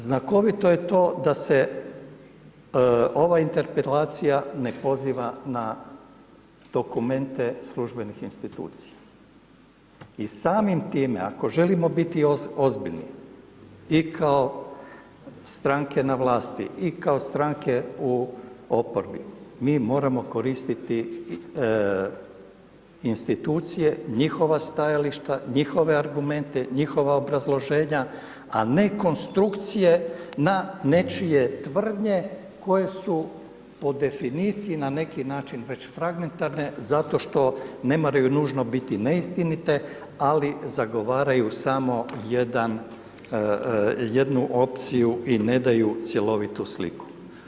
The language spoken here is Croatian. Znakovito je to da se ova interpelacije ne poziva na dokumente službenih institucija, i samim time ako želimo biti ozbiljni, i kao stranke na vlasti, i kao stranke u oporbi, mi moramo koristiti institucije, njihova stajališta, njihove argumente, njihova obrazloženja, a ne konstrukcije na nečije tvrdnje koje su po definiciji na neki način već fragmentarne, zato što ne moraju nužno biti neistinite, ali zagovaraju samo jedan, jednu opciju i ne daju cjelovitu sliku.